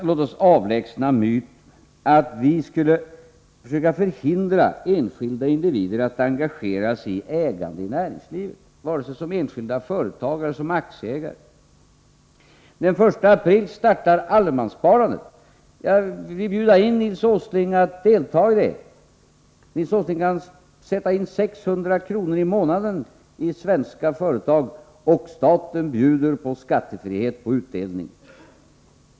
Låt oss sedan avlägsna myten att vi skulle försöka förhindra enskilda individer att engagera sig i ägandet i näringslivet, vare sig som enskilda företagare eller som aktieägare. Den 1 april startar allemanssparandet. Jag vill bjuda in Nils Åsling att delta i detta. Nils Åsling kan sätta in 600 kr. i månaden i svenska företag, och staten bjuder på skattefrihet på utdelningen.